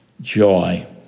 joy